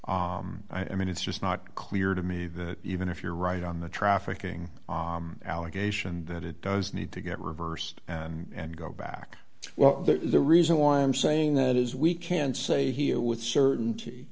ability i mean it's just not clear to me that even if you're right on the trafficking allegation that it does need to get reversed and go back well the reason why i'm saying that is we can't say with certainty